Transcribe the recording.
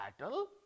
battle